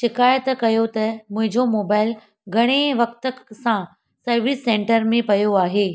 शिकायत कयो त मुंहिंजो मोबाइल घणे वक़्त सां सर्विस सेंटर में पियो आहे